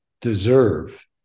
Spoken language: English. deserve